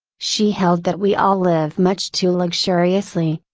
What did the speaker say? she held that we all live much too luxuriously,